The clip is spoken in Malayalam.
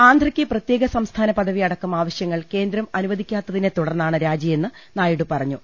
ആന്ധ്രക്ക് പ്രത്യേക സംസ്ഥാന പദവി അടക്കം ആവശൃങ്ങൾ കേന്ദ്രം അനുവ ദിക്കാത്തതിനെ തുടർന്നാണ് രാജിയെന്ന് നായിഡു പറഞ്ഞു